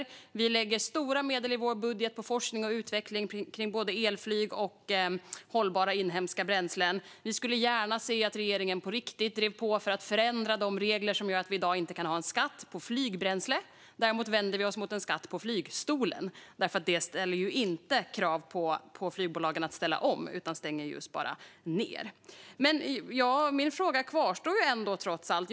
I vårt budgetförslag lägger vi stora medel på forskning kring och utveckling av både elflyg och hållbara inhemska bränslen. Vi skulle gärna se att regeringen på riktigt drev på för att förändra de regler som gör att vi i dag inte kan ha en skatt på flygbränsle, men däremot vänder vi oss mot en skatt på flygstolen. Det ställer nämligen inte krav på flygbolagen att ställa om utan stänger bara ned. Min fråga kvarstår, trots allt.